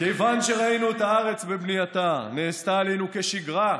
כיוון שראינו את הארץ בבניינה, נעשתה עלינו כשגרה,